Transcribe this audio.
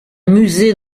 musée